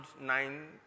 nine